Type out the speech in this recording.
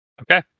Okay